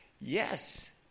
Yes